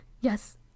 Yes